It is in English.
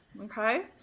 Okay